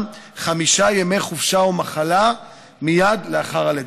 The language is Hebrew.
חמישה ימי חופשה ומחלה מייד לאחר הלידה.